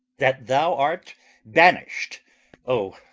that thou art banished o,